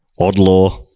Oddlaw